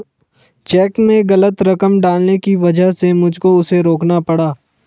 check में गलत रकम डालने की वजह से मुझको उसे रोकना पड़ा